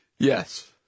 Yes